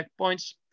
checkpoints